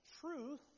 truth